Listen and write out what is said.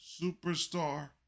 superstar